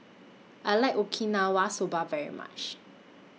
I like Okinawa Soba very much